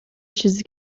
چیزی